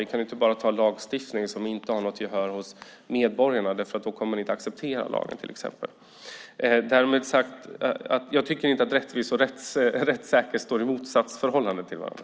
Vi kan inte bara anta lagstiftning som inte har något gehör hos medborgarna. Då kommer man inte att acceptera lagen. Därmed inte sagt att jag tycker att rättssäker och rättvis står i motsatsförhållande till varandra.